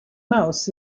mouse